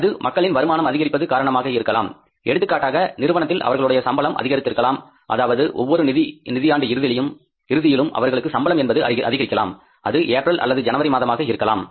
அது மக்களின் வருமானம் அதிகரிப்பது காரணமாக இருக்கலாம் எடுத்துக்காட்டாக நிறுவனத்தில் அவர்களுடைய சம்பளம் அதிகரித்திருக்கலாம் அதாவது ஒவ்வொரு நிதியாண்டு இறுதியிலும் அவர்களுக்கு சம்பளம் என்பது அதிகரிக்கலாம் அது ஏப்ரல் அல்லது ஜனவரி மாதமாக இருக்கலாம்